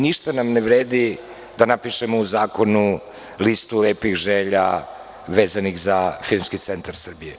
Ništa nam ne vredi da napišemo u zakonu listu lepih želja vezanih za filmski centar Srbije.